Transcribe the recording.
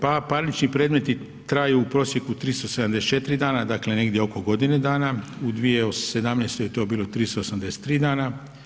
Pa parnični predmeti traju u prosjeku 374 dana dakle negdje oko godine dana, u 2017. je to bilo 383 dana.